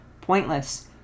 pointless